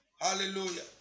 Hallelujah